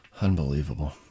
Unbelievable